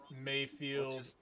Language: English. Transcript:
Mayfield